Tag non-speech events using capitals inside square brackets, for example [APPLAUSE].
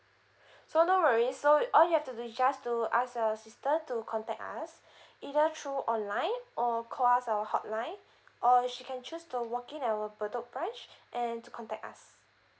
[BREATH] so no worries so all you have to do is just to ask your sister to contact us [BREATH] either through online or call us at our hotline or she can choose to walk in at our bedok branch [BREATH] and to contact us